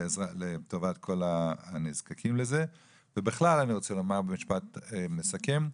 לטובת כל הנזקקים לזה ובכלל אני רוצה לומר במשפט מסכם,